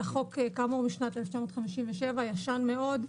החוק כאמור משנת 1957, הוא ישן מאוד.